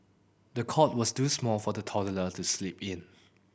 the cot was too small for the toddler to sleep in